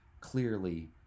Clearly